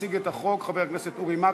מציג את החוק חבר הכנסת אורי מקלב,